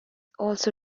also